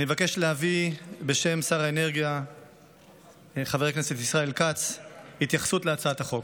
אני מבקש להביא בשם שר האנרגיה חבר הכנסת ישראל כץ התייחסות להצעת החוק.